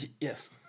Yes